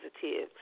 positive